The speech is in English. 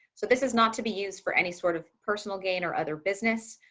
so this is not to be used for any sort of personal gain or other business.